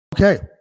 okay